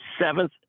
Seventh